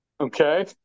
Okay